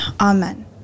Amen